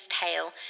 tale